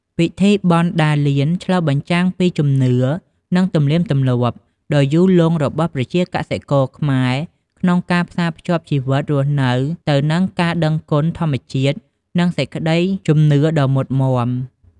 ពិធីបុណ្យដារលានឆ្លុះបញ្ចាំងពី ជំនឿ និងទំនៀមទម្លាប់ ដ៏យូរលង់របស់ប្រជាកសិករខ្មែរក្នុងការផ្សារភ្ជាប់ជីវិតរស់នៅទៅនឹងការដឹងគុណធម្មជាតិ និងសេចក្ដីជំនឿដ៏មុតមាំ។